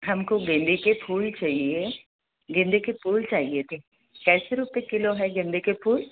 हमको गेंदे के फूल चाहिए गेंदे के फूल चाहिए थे कैसे रुपये किलो है गेंदे के फूल